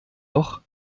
doch